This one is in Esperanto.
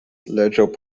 leĝo